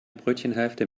brötchenhälfte